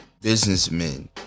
businessmen